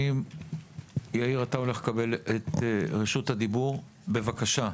יאיר, אתה הולך לקבל את רשות הדיבור, בבקשה.